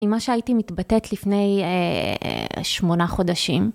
היא מה שהייתי מתבטאת לפני, אה... 8 חודשים.